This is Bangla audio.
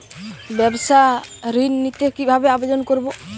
ব্যাবসা ঋণ নিতে কিভাবে আবেদন করব?